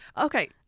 Okay